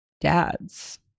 Dads